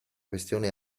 questione